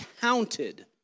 counted